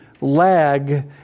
lag